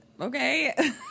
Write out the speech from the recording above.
okay